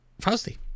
Frosty